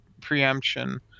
preemption